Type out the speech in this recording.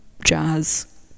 jazz